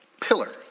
Pillar